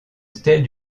stèle